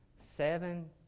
seven